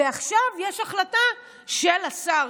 ועכשיו יש החלטה של השר,